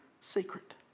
secret